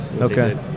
Okay